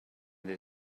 they